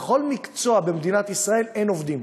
בכל מקצוע במדינת ישראל אין עובדים: